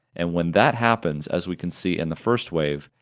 and when that happens, as we can see in the first wave,